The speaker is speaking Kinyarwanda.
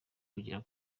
kugera